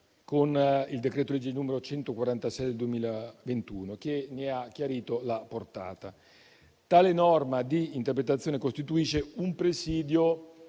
con il decreto-legge n. 146 del 2021, che ne ha chiarito la portata. Tale norma di interpretazione costituisce un presidio